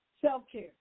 self-care